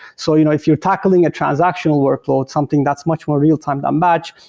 so you know if you're tackling a transactional workload something that's much more real-time to match,